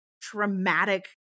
traumatic